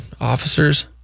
officers